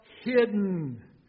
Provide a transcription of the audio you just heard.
hidden